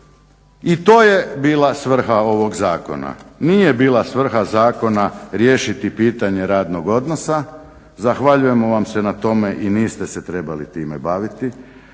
I to je bila svrha ovog zakona, nije bila svrha zakona riješiti pitanje radnog odnosa. Zahvaljujemo vam se na tome i niste se trebali time baviti.